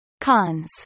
Cons